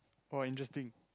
oh interesting